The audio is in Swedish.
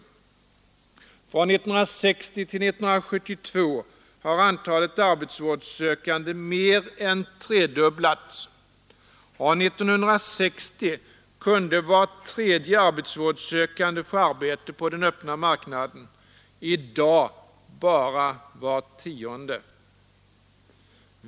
Från 1960 till 1972 har antalet arbetsvårdssökande mer än tredubblats. År 1960 kunde var tredje arbetsvårdssökande få arbete på den öppna marknaden, i dag bara var tionde.